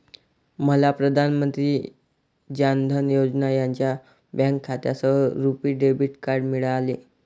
मला प्रधान मंत्री जान धन योजना यांच्या बँक खात्यासह रुपी डेबिट कार्ड मिळाले